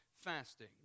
fasting